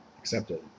accepted